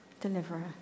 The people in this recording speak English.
Deliverer